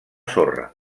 sorra